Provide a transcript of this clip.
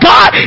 God